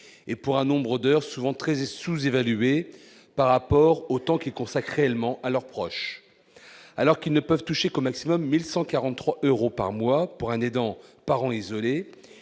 et pour un nombre d'heures souvent très est sous-évalué par rapport au temps qui est consacré, Helmand à leurs proches, alors qu'ils ne peuvent toucher comme maximum 1143 euros par mois pour un aidant parent isolé,